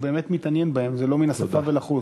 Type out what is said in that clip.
הוא באמת מתעניין בהם, וזה לא מן השפה ולחוץ.